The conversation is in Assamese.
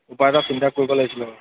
উপায় এটা চিন্তা কৰিব লাগিছিলে বাৰু